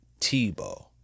Tebow